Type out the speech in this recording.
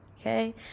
Okay